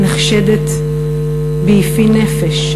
נחשדת ביפי נפש,